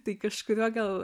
tai kažkuriuo gal